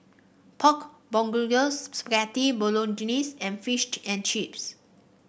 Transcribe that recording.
Pork Bulgogi Spaghetti Bolognese and Fish and Chips